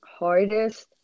hardest